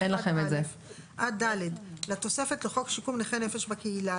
(ב)(1)(א) עד (ד) לתוספת לחוק שיקום נכי נפש בקהילה,